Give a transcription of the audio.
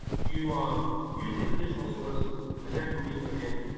you um use these additional sources, and that's where we come in.